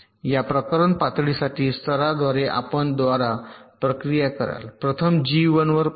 या प्रकरण पातळीसाठी स्तराद्वारे आपण द्वारांवर प्रक्रिया कराल प्रथम जी 1 वर पहा